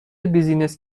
بیزینس